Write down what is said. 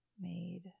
made